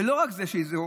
לא רק זה שהוא